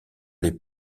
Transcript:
les